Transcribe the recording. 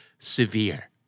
Severe